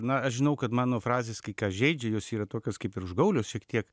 na aš žinau kad mano frazės kai ką žeidžia jos yra tokios kaip ir užgaulios šiek tiek